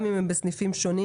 גם אם הם בסניפים שונים.